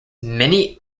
many